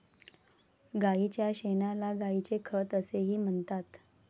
गायीच्या शेणाला गायीचे खत असेही म्हणतात